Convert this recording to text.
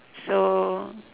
so